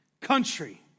country